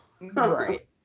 Right